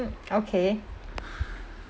okay